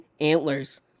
antlers